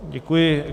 Děkuji.